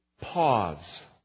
pause